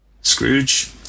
Scrooge